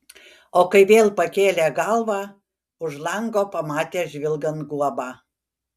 o kai vėl pakėlė galvą už lango pamatė žvilgant guobą